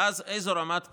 ואז, איזו רמת פרנויה.